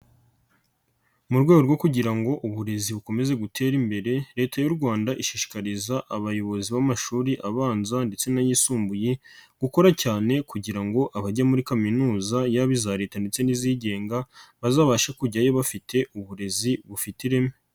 Mu rwego rwo kugira ngo uburezi bukomeze gutere imbere Leta y'u Rwanda ishishikariza abayobozi b'amashuri abanza ndetse n'ayisumbuye gukora cyane kugira ngo abajye muri kaminuza yaba iza Leta ndetse n'izigenga bazabashe kujyayo bafite uburezi bufite ireme.